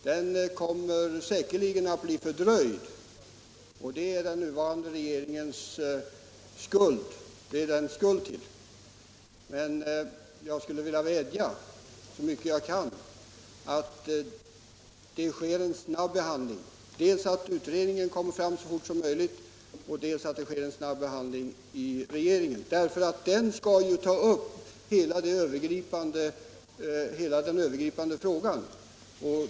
Den kommer säkerligen att bli fördröjd, och det är den nuvarande regeringen skuld till. Jag skulle vilja vädja så mycket jag kan att det sker en snabb behandling — dels att utredningen blir färdig så snabbt som möjligt, dels att det sker en snabb handläggning i regeringen — Nr 37 som ju har att ta ställning till de övergripande frågorna.